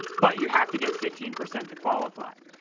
but you have to get fifteen percent to qualify.